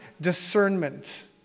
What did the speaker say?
discernment